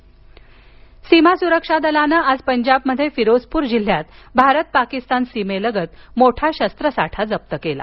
शस्त्रसाठा जप्त सीमा सुरक्षा दलानं आज पंजाबमध्ये फिरोजपूरजिल्ह्यात भारत पाकिस्तान सीमेलगत मोठा शस्त्रसाठा जप्त केला